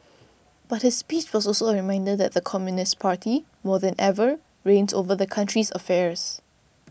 but his speech was also a reminder that the Communist Party more than ever reigns over the country's affairs